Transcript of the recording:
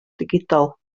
digidol